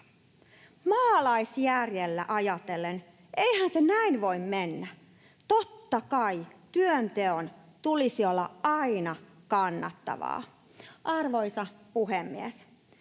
Maalaisjärjellä ajatellen: Eihän se näin voi mennä. Totta kai työnteon tulisi olla aina kannattavaa. Arvoisa puhemies!